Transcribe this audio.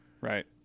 right